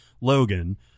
Logan